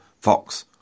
Fox